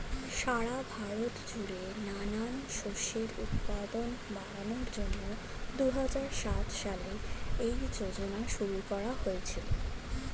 সারা ভারত জুড়ে নানান শস্যের উৎপাদন বাড়ানোর জন্যে দুহাজার সাত সালে এই যোজনা শুরু করা হয়েছিল